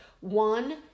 One